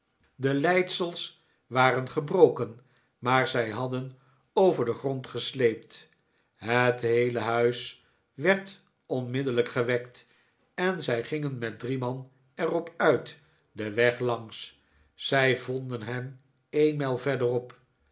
de leidsels waren gebroken maar zij hadden over den grond gesleept het heele huis werd onmiddellijk gewekt en zij gingen met drie man er op uit den weg langs zij vonden hem een mijl verderop